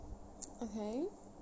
okay